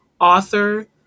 author